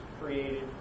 created